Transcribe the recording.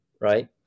right